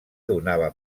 donava